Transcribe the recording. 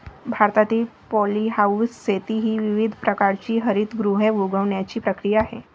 भारतातील पॉलीहाऊस शेती ही विविध प्रकारची हरितगृहे उगवण्याची प्रक्रिया आहे